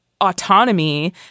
autonomy